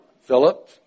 Philip